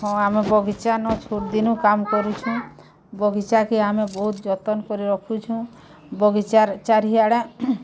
ହଁ ଆମ ବଗିଚା ନ ଛୋଟ୍ ଦିନୁ କାମ୍ କରୁଛୁଁ ବଗିଚାକେ ଆମେ ବହୁତ୍ ଯତନ୍ କରି ରଖୁଛୁଁ ବଗିଚାର୍ ଚାରିଆଢ଼େ